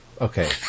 Okay